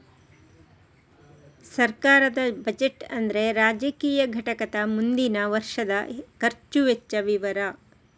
ಸರ್ಕಾರದ ಬಜೆಟ್ ಅಂದ್ರೆ ರಾಜಕೀಯ ಘಟಕದ ಮುಂದಿನ ವರ್ಷದ ಖರ್ಚು ವೆಚ್ಚ ವಿವರ